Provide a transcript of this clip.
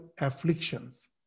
afflictions